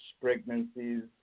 pregnancies